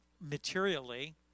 materially